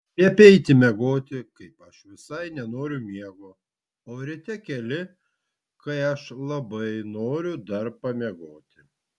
liepi eiti miegoti kai aš visai nenoriu miego o ryte keli kai aš labai noriu dar pamiegoti